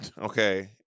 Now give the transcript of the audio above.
Okay